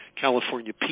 California